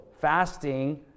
Fasting